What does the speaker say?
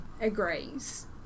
agrees